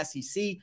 SEC